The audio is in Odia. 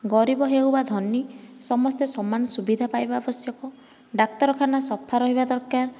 ଗରିବ ହେଉ ବା ଧନୀ ସମସ୍ତେ ସମାନ ସୁବିଧା ପାଇବା ଆବଶ୍ୟକ ଡାକ୍ତରଖାନା ସଫା ରହିବା ଦରକାର